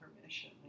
permission